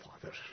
Father